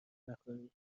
نخوری